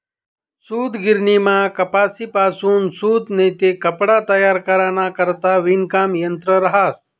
सूतगिरणीमा कपाशीपासून सूत नैते कपडा तयार कराना करता विणकाम यंत्र रहास